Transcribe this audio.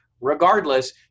Regardless